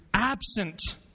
absent